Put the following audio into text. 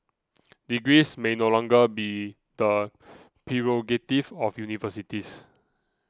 degrees may no longer be the prerogative of universities